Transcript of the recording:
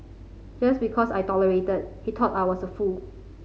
just because I tolerated he thought I was a fool